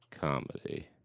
Comedy